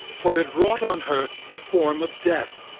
for it wrought on her the form of death